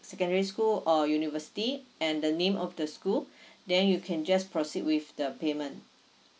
secondary school or university and the name of the school then you can just proceed with the payment